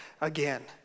again